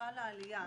חלה עלייה